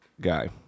guy